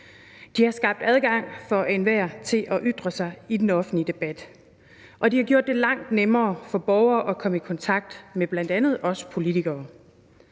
De har skabt adgang for enhver til at ytre sig i den offentlige debat, og de har gjort det langt nemmere for borgere at komme i kontakt med bl.a. os politikere.